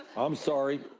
i'm sorry.